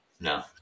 No